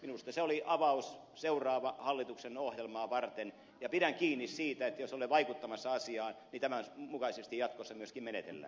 minusta se oli avaus seuraavan hallituksen ohjelmaa varten ja pidän kiinni siitä että jos olen vaikuttamassa asiaan niin tämänmukaisesti jatkossa myöskin menetellään